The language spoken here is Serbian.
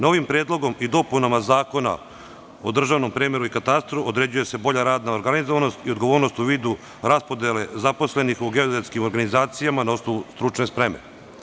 Novim predlogom i dopunama Zakona o državnom premeru i katastru određuje se bolja radna organizovanost i odgovornost u vidu raspodele zaposlenih u geodetskim organizacijama na osnovu stručne spreme.